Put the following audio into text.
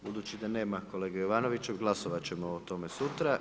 Budući da nema kolege Jovanovića, glasovat će o tome sutra.